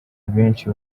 benshi